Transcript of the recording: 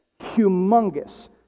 Humongous